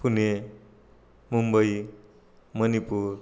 Pune Mumbai Manipur